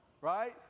right